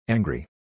Angry